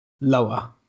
lower